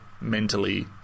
mentally